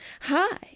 Hi